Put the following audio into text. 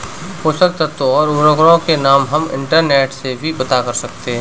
पोषक तत्व और उर्वरकों के नाम हम इंटरनेट से भी पता कर सकते हैं